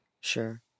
Sure